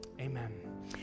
amen